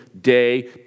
day